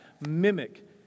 Mimic